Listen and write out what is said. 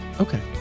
Okay